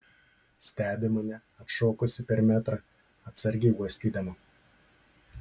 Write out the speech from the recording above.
stebi mane atšokusi per metrą atsargiai uostydama